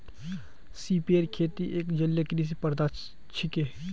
सिपेर खेती एक जलीय कृषि प्रथा छिके